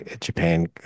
Japan